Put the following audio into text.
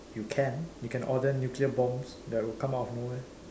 you can you can order nuclear bombs that will come out of no where